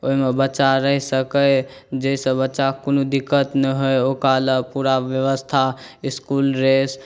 ओहिमे बच्चा रहि सकै जाहिसँ बच्चाके कोनो दिक्कत नहि होइ ओकरालए पूरा बेबस्था इसकुल ड्रेस